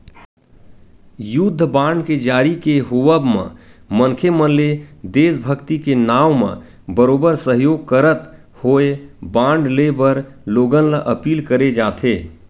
युद्ध बांड के जारी के होवब म मनखे मन ले देसभक्ति के नांव म बरोबर सहयोग करत होय बांड लेय बर लोगन ल अपील करे जाथे